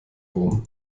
wurm